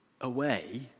away